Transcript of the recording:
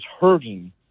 hurting